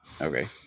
Okay